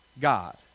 God